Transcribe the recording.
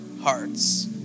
hearts